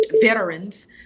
veterans